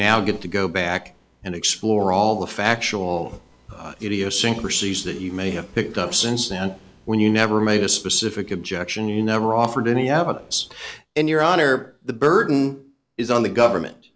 now get to go back and explore all the factual idiosyncrasies that you may have picked up since then when you never made a specific objection you never offered any evidence in your honor the burden is on the government